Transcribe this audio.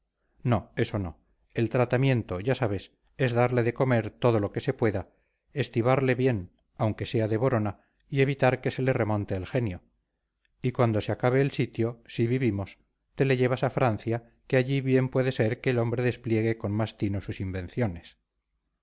no eso no el tratamiento ya sabes es darle de comer todo lo que se pueda estibarle bien aunque sea de borona y evitar que se le remonte el genio y cuando se acabe el sitio si vivimos te le llevas a francia que allí bien puede ser que el hombre despliegue con más tino sus invenciones